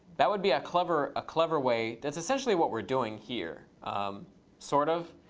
that would be a clever clever way. that's essentially what we're doing here sort of,